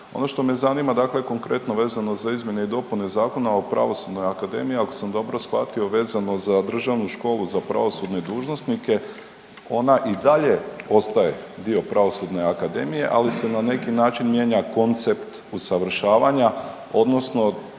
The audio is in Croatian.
Ono što me zanima dakle konkretno vezano za izmjene i dopune Zakona o Pravosudnoj akademiji ako sam dobro shvatio vezano za Državnu školu za pravosudne dužnosnike ona i dalje ostaje dio pravosudne akademije, ali se na neki način mijenja koncept usavršavanja odnosno